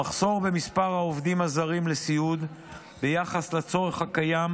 המחסור במספר העובדים הזרים לסיעוד ביחס לצורך הקיים,